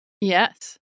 Yes